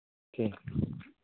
ᱴᱷᱤᱠ